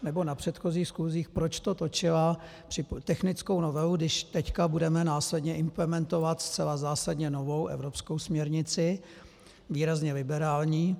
Nebo na předchozích schůzích, proč to točila technickou novelu, když teď budeme následně implementovat zcela zásadně novou evropskou směrnici, výrazně liberální.